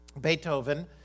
Beethoven